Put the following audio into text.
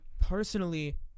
Personally